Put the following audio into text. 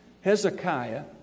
Hezekiah